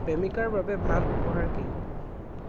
প্ৰেমিকাৰ বাবে ভাল উপহাৰ কি